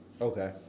Okay